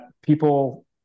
people